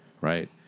right